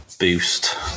Boost